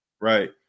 Right